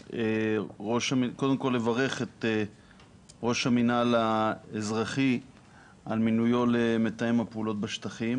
קודם כל לברך את ראש המינהל האזרחי על מינויו למתאם הפעולות בשטחים